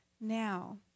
Now